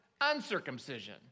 uncircumcision